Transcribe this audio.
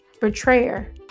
betrayer